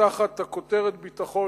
תחת הכותרת "ביטחון",